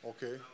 Okay